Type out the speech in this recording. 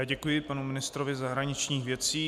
Děkuji panu ministrovi zahraničních věcí.